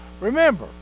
Remember